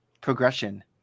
progression